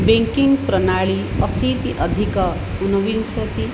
banking प्रनाळि अशीति अधिक ऊनविंशति